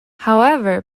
however